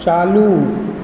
चालू